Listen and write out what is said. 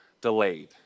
delayed